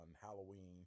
Halloween